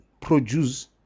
produce